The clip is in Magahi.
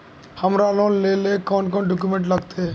हमरा लोन लेले कौन कौन डॉक्यूमेंट लगते?